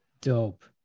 Dope